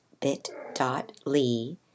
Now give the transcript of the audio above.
bit.ly